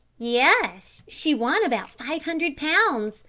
yes. she won about five hundred pounds,